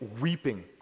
weeping